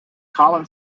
colin